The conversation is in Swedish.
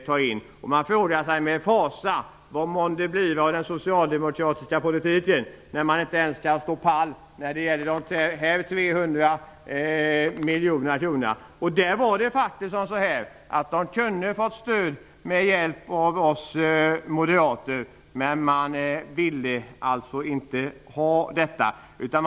Man kan med fasa fråga sig vad det månde bliva av den socialdemokratiska politiken när man inte ens kan stå pall när det gäller dessa 300 miljoner kronor. Man kunde faktiskt ha fått stöd för detta med hjälp av oss moderater, men man ville alltså inte ha detta stöd.